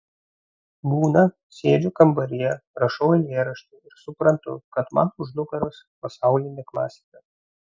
būna sėdžiu kambaryje rašau eilėraštį ir suprantu kad man už nugaros pasaulinė klasika